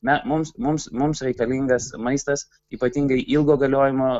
na mums mums mums reikalingas maistas ypatingai ilgo galiojimo